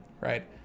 right